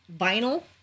vinyl